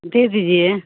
भेज दीजिए